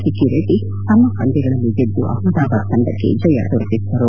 ಸಿಕ್ಕಿ ರೆಡ್ಡಿ ತಮ್ಮ ಪಂದ್ಯಗಳಲ್ಲಿ ಗೆದ್ದು ಅಹ್ಮದಾಬಾದ್ ತಂಡಕ್ಕೆ ಜಯ ದೊರಕಿಸಿದರು